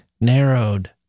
narrowed